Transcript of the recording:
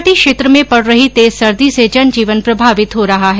शेखावाटी क्षेत्र में पड रही तेज सर्दी से जनजीवन प्रभावित हो रहा है